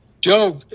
Joe